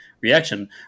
reaction